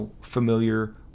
familiar